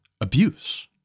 abuse